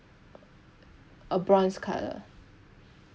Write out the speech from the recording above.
uh bronze colour